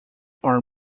are